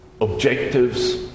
Objectives